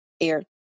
air